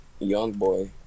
Youngboy